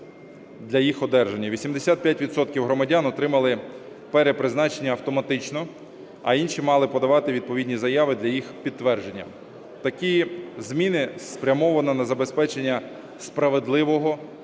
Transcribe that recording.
громадян отримали перепризначення автоматично, а інші мали подавати відповідні заяви для їх підтвердження. Такі зміни спрямовані на забезпечення справедливого підходу